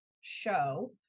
show